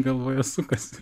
galvoje sukasi